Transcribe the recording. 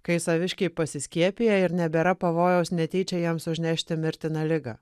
kai saviškiai pasiskiepiję ir nebėra pavojaus netyčia jiems užnešti mirtiną ligą